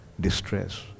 distress